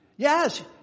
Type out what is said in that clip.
Yes